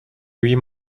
huit